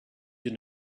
your